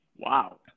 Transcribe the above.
Wow